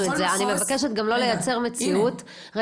אני מבקשת גם לא לייצר מציאות -- אז בכל מחוז,